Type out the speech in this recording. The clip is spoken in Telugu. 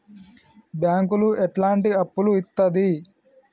బ్యాంకులు ఎట్లాంటి అప్పులు ఇత్తది?